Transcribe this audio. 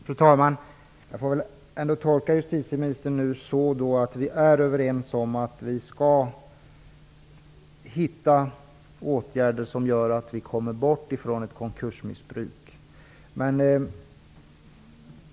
Fru talman! Jag får väl ändå tolka justitieministern som att vi är överens om att vi skall finna åtgärder som gör att vi kommer bort ifrån ett konkursmissbruk.